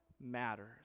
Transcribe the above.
matters